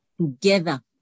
together